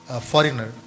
foreigner